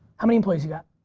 how many employees you got?